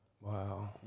Wow